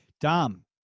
Dom